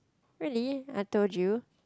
really I told you